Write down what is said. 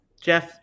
Jeff